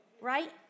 right